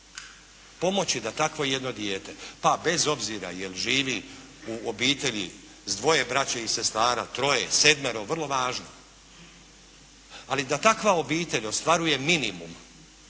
pomoći da takvo jedno dijete pa bez obzira da li živi u obitelji s dvoje braće i sestara, troje, sedmero, vrlo važno. Ali da takva obitelj ostvaruje minimum